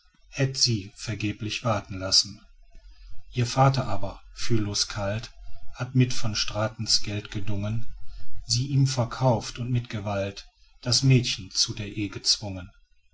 hätt sie vergeblich warten lassen ihr vater aber fühllos kalt hat mit van stratens geld gedungen sie ihm verkauft und mit gewalt das mädchen zu der eh gezwungen